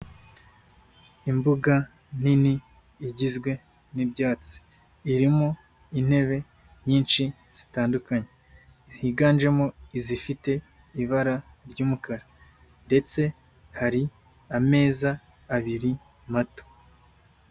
Imbuga nini igizwe n'ibyatsi. Irimo intebe nyinshi zitandukanye. Higanjemo izifite ibara ry'umukara ndetse hari ameza abiri mato.